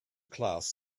class